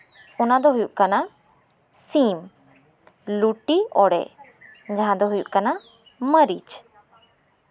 ᱚᱱᱟ ᱫᱚ ᱦᱩᱭᱩᱜ ᱠᱟᱱᱟ ᱥᱤᱢ ᱞᱩᱴᱤ ᱚᱲᱟᱡ ᱡᱟᱸᱦᱟ ᱫᱚ ᱦᱚᱩᱭ ᱠᱟᱱᱟ ᱢᱟᱹᱨᱤᱪ